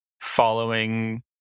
following